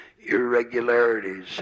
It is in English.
irregularities